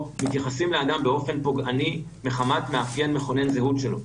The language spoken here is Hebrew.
מתייחסים לאדם באופן פוגעני מחמת מאפיין מכונן זהות שלו.